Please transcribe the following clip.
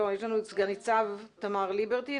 תנ"צ פרץ,